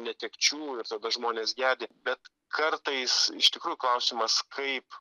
netekčių ir tada žmonės gedi bet kartais iš tikrųjų klausimas kaip